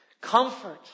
Comfort